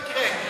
זה לא יקרה.